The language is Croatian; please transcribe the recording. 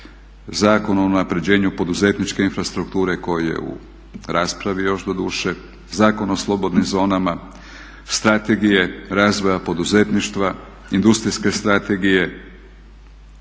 Zakon o unapređenju poduzetničke infrastrukture koji je u raspravi još doduše, Zakon o slobodnim zonama, Strategije razvoja poduzetništva, Industrijske strategije,